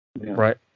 right